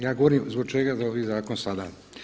Ja govorim zbog čega ovi zakon sada.